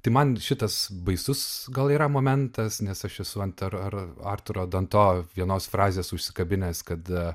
tai man šitas baisus gal yra momentas nes aš esu ant ar ar artūro danto vienos frazės užsikabinęs kad